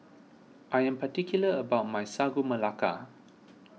I am particular about my Sagu Melaka